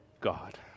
God